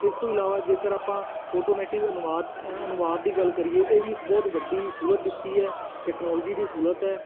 ਇਸ ਤੋਂ ਇਲਾਵਾ ਜੇਕਰ ਆਪਾਂ ਆਟੋਮੈਟਿਕ ਅਨੁਵਾਦ ਅਨੁਵਾਦ ਦੀ ਗੱਲ ਕਰੀਏ ਇਹ ਵੀ ਇੱਕ ਬਹੁਤ ਵੱਡੀ ਸਹੂਲਤ ਦਿੱਤੀ ਹੈ ਟੈਕਨੋਲੋਜੀ ਦੀ ਸਹੂਲਤ ਹੈ